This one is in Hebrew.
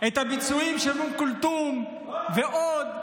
הביצועים של אום כולתום ועוד,